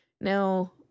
Now